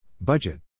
Budget